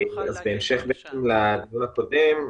אז בהמשך לדיון הקודם,